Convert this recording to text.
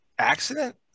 Accident